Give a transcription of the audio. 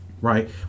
right